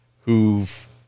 who've